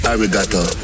Arigato